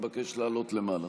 מתבקש לעלות למעלה.